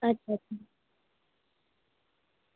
अच्छा अच्छा